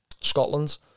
Scotland